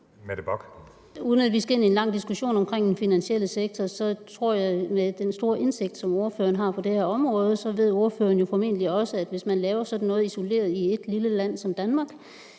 Mette Bock (LA): Uden at vi skal ind i en lang diskussion om den finansielle sektor tror jeg, med den store indsigt, som ordføreren har på det her område, at ordføreren formentlig også ved, at hvis man laver sådan noget isoleret i et lille land som Danmark,